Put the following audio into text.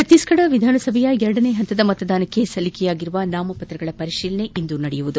ಛತ್ತೀಸ್ಗಢ ವಿಧಾನಸಭೆಯ ಎರಡನೇ ಹಂತದ ಮತದಾನಕ್ಕೆ ಸಲ್ಲಿಕೆಯಾಗಿರುವ ನಾಮಪತ್ರಗಳ ಪರಿಶೀಲನೆ ಇಂದು ನಡೆಯಲಿದೆ